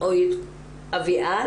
אביאל